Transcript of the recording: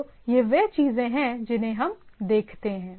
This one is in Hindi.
तो ये वे चीजें हैं जिन्हें हम देखते हैं